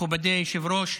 מכובדי היושב-ראש,